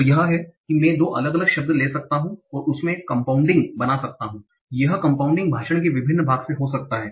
तो यह है कि मैं दो अलग अलग शब्द ले सकता हूं और उसमें से एक कोम्पौंडींग बना सकता हूं और यह कोम्पौंडींग भाषण के विभिन्न भाग से हो सकता है